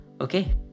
okay